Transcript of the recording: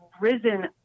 risen